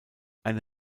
eine